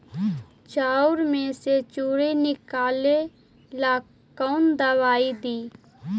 चाउर में से सुंडी निकले ला कौन दवाई दी?